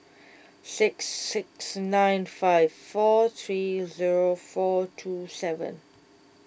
six six nine five four three zero four two seven